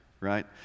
right